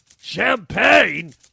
Champagne